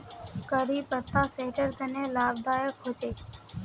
करी पत्ता सेहटर तने लाभदायक होचे